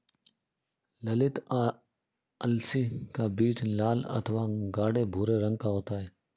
ललीत अलसी का बीज लाल अथवा गाढ़े भूरे रंग का होता है